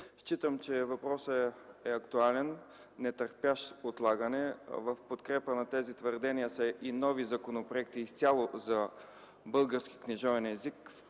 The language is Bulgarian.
Считам, че въпросът е актуален, нетърпящ отлагане. В подкрепа на тези твърдения са и нови законопроекти изцяло за българския книжовен език,